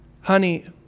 honey